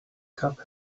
cup